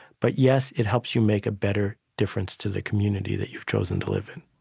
but yes, it helps you make a better difference to the community that you've chosen to live in